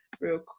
real